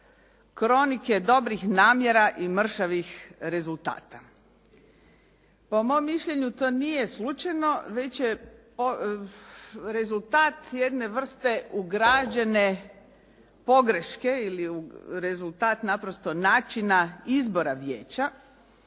kronike dobrih namjera i mršavih rezultata. Po mom mišljenju to nije slučajno već je rezultat jedne vrste ugrađene pogreške ili rezultat naprosto načina izbora vijeća